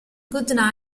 good